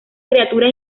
criatura